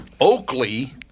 Oakley